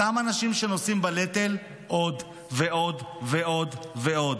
אותם אנשים שנושאים בנטל עוד ועוד ועוד ועוד.